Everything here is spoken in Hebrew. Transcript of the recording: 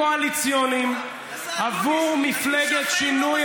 בכספים קואליציוניים עבור מפלגת שינוי,